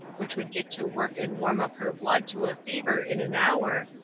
which would get to work and warm up her blood to a fever in an hour,